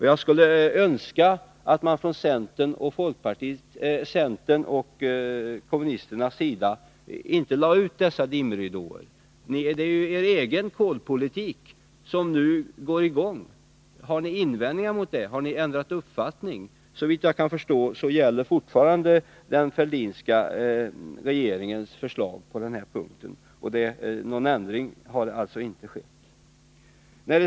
Jag skulle önska att man från centerns och kommunisternas sida inte lade ut dessa dimridåer. Det är ju er egen kolpolitik som nu går i gång. Har ni invändningar mot detta, har ni ändrat uppfattning? Såvitt jag kan förstå gäller fortfarande den Fälldinska regeringens förslag på den här punkten. Någon ändring har alltså inte skett.